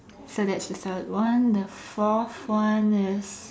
so that's the third one the fourth one is